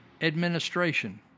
administration